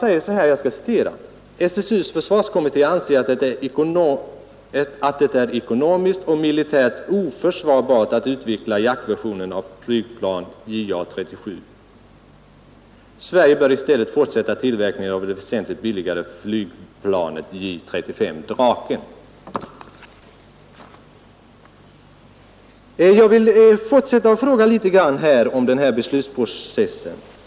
Det heter: ”SSU:s försvarskommitté anser att det är ekonomiskt och militärt oförsvarbart att utveckla jaktversionen av flygplan JA 37 . Sverige bör i stället fortsätta tillverkningen av det väsentligt billigare flygplanet J 35 .” Jag vill fortsätta och ställa frågor om den här beslutsprocessen.